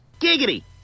Giggity